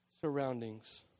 surroundings